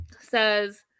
says